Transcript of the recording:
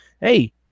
hey